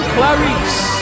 Clarice